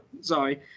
Sorry